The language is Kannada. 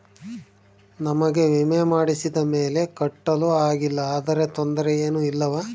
ನಮಗೆ ವಿಮೆ ಮಾಡಿಸಿದ ಮೇಲೆ ಕಟ್ಟಲು ಆಗಿಲ್ಲ ಆದರೆ ತೊಂದರೆ ಏನು ಇಲ್ಲವಾ?